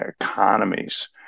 economies